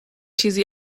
چیزی